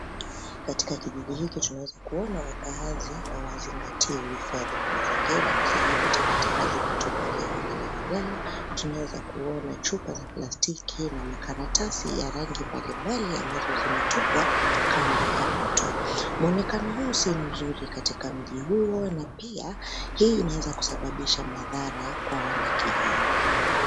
Katika kijiji hiki tunaweza kuona wakaazi hawazingatii uhifadhi wa mazingira kwa sababu takataka zimetupwa kiholelaholea. Tunaweza kuona chupa za plastiki na makaratasi ya rangi mbalimbali ambazo zimetupwa kando ya mto. Mwonekano huu si mzuri katika mji huo na pia hii inaweza kusababisha madhara kwa wana kijiji.